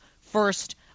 first –